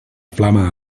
flama